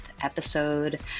episode